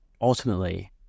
ultimately